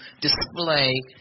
display